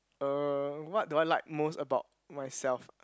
er what do I like most about myself